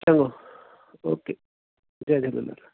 चङो ओके जय झूलेलाल